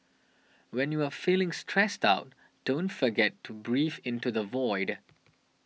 when you are feeling stressed out don't forget to breathe into the void